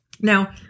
Now